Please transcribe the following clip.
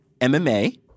MMA